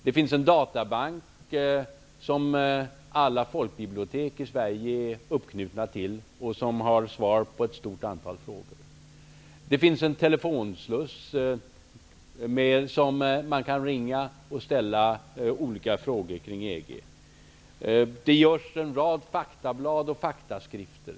Det finns en databank som alla folkbibliotek i Sverige är uppknutna till, och där kan man söka svar på ett stort antal frågor. Det finns en telefonsluss, dit man kan ringa och ställa olika frågor kring EG. Det utges en rad faktablad och faktaskrifter.